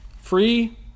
free